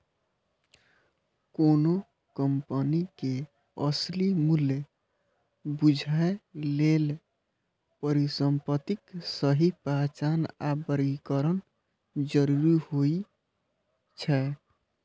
कोनो कंपनी के असली मूल्य बूझय लेल परिसंपत्तिक सही पहचान आ वर्गीकरण जरूरी होइ छै